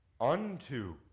unto